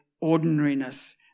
ordinariness